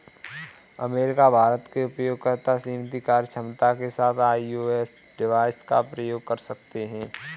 America, Bharat के उपयोगकर्ता सीमित कार्यक्षमता के साथ आई.ओ.एस डिवाइस का उपयोग कर सकते हैं